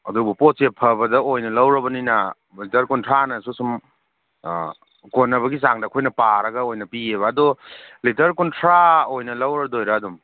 ꯑꯗꯨꯕꯨ ꯄꯣꯠꯁꯦ ꯐꯕꯗ ꯑꯣꯏꯅ ꯂꯧꯔꯕꯅꯤꯅ ꯂꯤꯇꯔ ꯀꯨꯟꯊ꯭ꯔꯥꯅꯁꯨ ꯁꯨꯝ ꯀꯣꯟꯅꯕꯒꯤ ꯆꯥꯡꯗ ꯑꯩꯈꯣꯏꯅ ꯄꯥꯔꯒ ꯑꯣꯏꯅ ꯄꯤꯑꯕ ꯑꯗꯣ ꯂꯤꯇꯔ ꯀꯨꯟꯊ꯭ꯔꯥ ꯑꯣꯏꯅ ꯂꯧꯔꯗꯣꯏꯔꯥ ꯑꯗꯨꯝ